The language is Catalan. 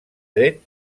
tret